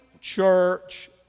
church